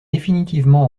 définitivement